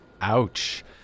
Ouch